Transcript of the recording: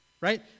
right